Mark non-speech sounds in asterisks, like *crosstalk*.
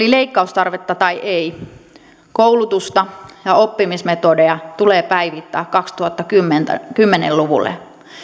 *unintelligible* leikkaustarvetta tai ei koulutusta ja oppimismetodeja tulee päivittää kaksituhattakymmenen luvulle